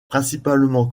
principalement